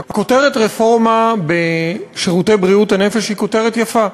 הכותרת "רפורמה בשירותי בריאות הנפש" היא כותרת יפה.